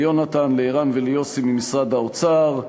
ליונתן, ערן ויוסי ממשרד האוצר,